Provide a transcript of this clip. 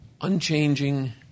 unchanging